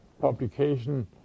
publication